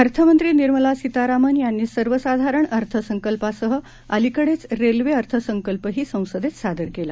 अर्थमंत्री निर्मला सीतारामन यांनी सर्वसाधारण अर्थसंकल्पासह अलिकडेच रेल्वे अर्थसंकल्पही संसदेत सादर केला